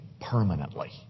permanently